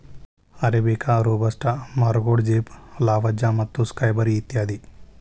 arabica, robusta, ಮರಗೋಡಜೇಪ್, Lavazza ಮತ್ತು Skybury ಇತ್ಯಾದಿ